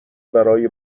برای